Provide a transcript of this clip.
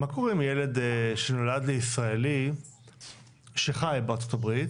מה קורה עם ילד שנולד לישראלי שחי בארצות הברית